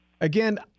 Again